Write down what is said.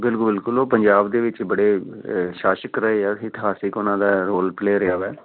ਬਿਲਕੁਲ ਬਿਲਕੁਲ ਉਹ ਪੰਜਾਬ ਦੇ ਵਿੱਚ ਬੜੇ ਸ਼ਾਸ਼ਕ ਰਹੇ ਆ ਇਤਿਹਾਸਿਕ ਉਹਨਾਂ ਦਾ ਰੋਲ ਪਲੇਅ ਰਿਹਾ ਵਾ